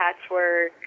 patchwork